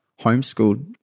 homeschooled